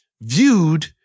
viewed